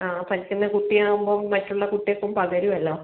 ആ പനിക്കുന്ന കുട്ടിയാവുമ്പോൾ മറ്റുള്ള കുട്ടികൾക്കും പകരുമല്ലോ